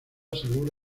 salud